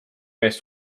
mees